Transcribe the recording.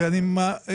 אני אשמח.